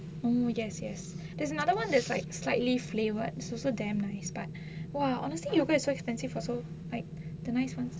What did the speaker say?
oh yes yes there's another one that's like slightly flavoured is also damn nice but !wow! honestly yogurts is so expensive also like the nice one